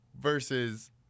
versus